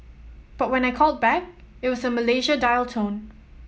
but when I called back it was a Malaysia dial tone